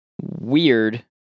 weird